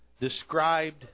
described